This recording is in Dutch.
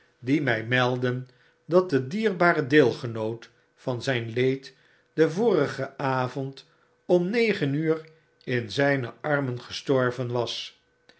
die mij meldden dat de dierbare deelgenoot van zyn leed den vorigen avond om negen uur in zyne armen gestorven was